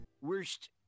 worst